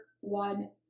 one